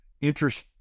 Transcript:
interest